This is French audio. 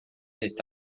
est